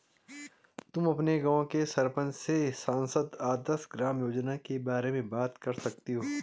तुम अपने गाँव के सरपंच से सांसद आदर्श ग्राम योजना के बारे में बात कर सकती हो